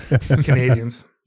Canadians